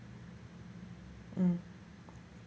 mm